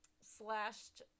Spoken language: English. slashed